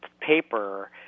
paper